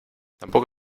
tampoco